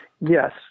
Yes